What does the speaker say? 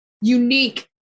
unique